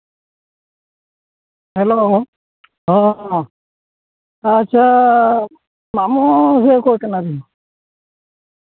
hello ᱦᱚᱸ ᱟᱪᱪᱷᱟ ᱢᱟᱢᱚ ᱥᱮ ᱚᱠᱚᱭ ᱠᱟᱱᱟ ᱵᱤᱱ